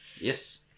Yes